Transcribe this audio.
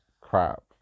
crap